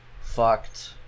fucked